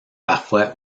parfois